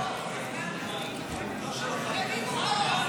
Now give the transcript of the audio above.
האלונקה של החיילים.